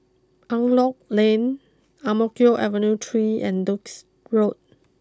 Angklong Lane Ang Mo Kio ever new three and Duke's Road